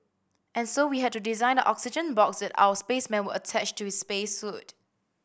and so we had to design the oxygen box that our spaceman would attach to his space suit